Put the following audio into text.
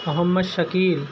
Muhammad Shakeel